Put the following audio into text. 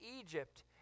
Egypt